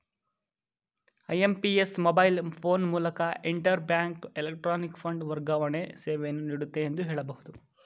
IMPS mobile phone ಮೂಲಕ inter bank electronic fund ವರ್ಗಾವಣೆ ಸೇವೆಯನ್ನು ನೀಡುತ್ತೆ ಎಂದು ಹೇಳಬಹುದು